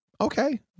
okay